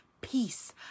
peace